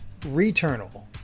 Returnal